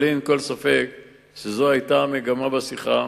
אבל לי אין כל ספק שזאת היתה המגמה בשיחה,